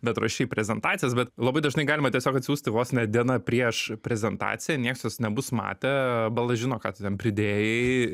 bet ruošei prezentacijas bet labai dažnai galima tiesiog atsiųsti vos ne diena prieš prezentaciją nieks jos nebus matę bala žino ką tu ten pridėjai